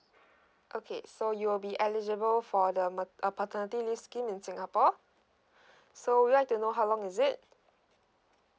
okay so you'll be eligible for the err paternity leave in singapore so would like to know how long is it